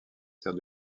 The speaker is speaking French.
sert